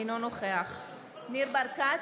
אינו נוכח ניר ברקת,